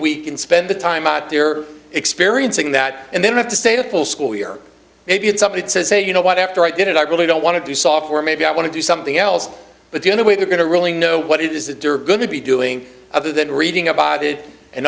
week and spend the time out there experiencing that and then have to say the full school year maybe and somebody says hey you know what after i did it i really don't want to do software maybe i want to do something else but the only way they're going to really know what it is that durbin to be doing other than reading about it and